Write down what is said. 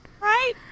Right